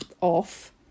off